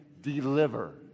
deliver